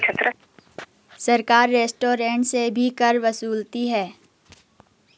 सरकार रेस्टोरेंट से भी कर वसूलती है